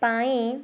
ପାଇଁ